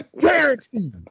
Guaranteed